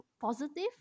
positive